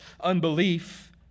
unbelief